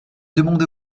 demandé